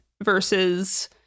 versus